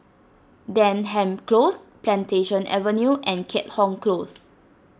Denham Close Plantation Avenue and Keat Hong Close